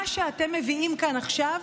מה שאתם מביאים כאן עכשיו,